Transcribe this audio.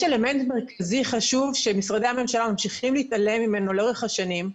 אלמנט מרכזי חשוב שמשרדי הממשלה ממשיכים להתעלם ממנו לאורך השנים,